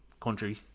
country